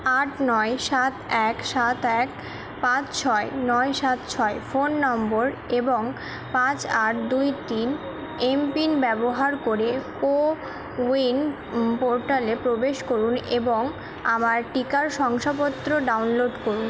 আট নয় সাত এক সাত এক পাঁচ ছয় নয় সাত ছয় ফোন নম্বর এবং পাঁচ আট দুই তিন এম পিন ব্যবহার করে কো উইন পোর্টালে প্রবেশ করুন এবং আমার টিকার শংসাপত্র ডাউনলোড করুন